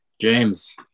james